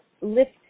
lift